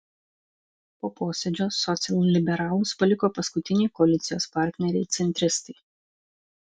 po posėdžio socialliberalus paliko paskutiniai koalicijos partneriai centristai